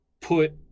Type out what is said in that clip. Put